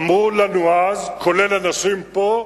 אמרו לנו אז, כולל אנשים פה: